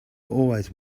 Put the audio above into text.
always